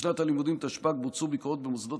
בשנת הלימודים תשפ"ג בוצעו ביקורות במוסדות